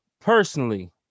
personally